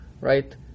right